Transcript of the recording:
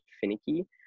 finicky